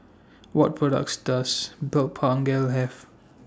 What products Does Blephagel Have